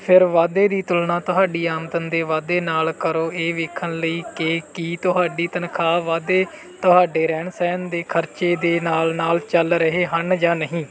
ਫਿਰ ਵਾਧੇ ਦੀ ਤੁਲਨਾ ਤੁਹਾਡੀ ਆਮਦਨ ਦੇ ਵਾਧੇ ਨਾਲ ਕਰੋ ਇਹ ਵੇਖਣ ਲਈ ਕਿ ਕੀ ਤੁਹਾਡੀ ਤਨਖ਼ਾਹ ਵਾਧੇ ਤੁਹਾਡੇ ਰਹਿਣ ਸਹਿਣ ਦੇ ਖ਼ਰਚੇ ਦੇ ਨਾਲ ਨਾਲ ਚੱਲ ਰਹੇ ਹਨ ਜਾਂ ਨਹੀਂ